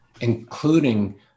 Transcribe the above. including